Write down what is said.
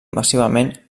massivament